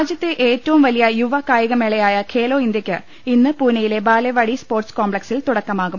രാജ്യത്തെ ഏറ്റവും വലിയ യുവ കായികമേളയായ ഖേലോ ഇന്ത്യക്ക് ഇന്ന് പൂനെയിലെ ബാലെവാഡി സ്പോർട്സ് കോംപ്ലക്സിൽ തുടക്കമാ കും